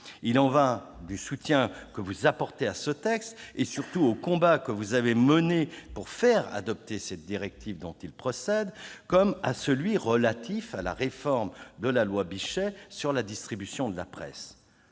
Il en va du soutien que vous apportez à ce texte et surtout des combats que vous avez menés pour faire adopter la directive dont il procède, comme de celui qui est relatif à la réforme de la loi Bichet sur la distribution de la presse.